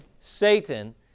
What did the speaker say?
Satan